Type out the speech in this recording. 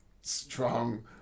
strong